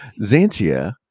xantia